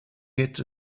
yet